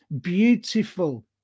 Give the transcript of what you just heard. beautiful